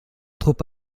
trop